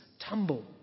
tumble